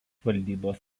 valdybos